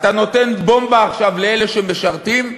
אתה נותן עכשיו בומבה לאלה שמשרתים.